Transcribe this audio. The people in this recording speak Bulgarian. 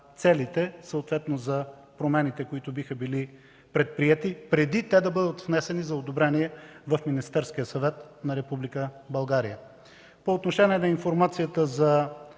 целите и за промените, които биха били предприети, преди те да бъдат внесени за одобрение в Министерския съвет на Република България. По отношение на информацията за